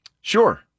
Sure